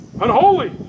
unholy